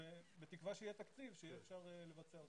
ובתקווה שיהיה תקציב שיהיה אפשר לבצע אותם.